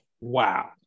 Wow